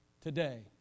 today